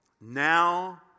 Now